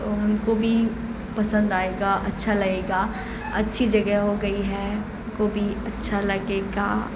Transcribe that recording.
ان کو بھی پسند آئے گا اچھا لگے گا اچھی جگہ ہو گئی ہے کو بھی اچھا لگے گا